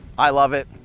i love it,